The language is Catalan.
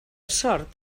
sort